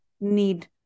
need